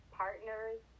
partner's